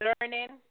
learning